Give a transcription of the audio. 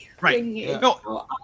Right